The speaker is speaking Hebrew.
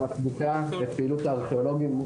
--- שמצדיקה את פעילות הארכיאולוגים,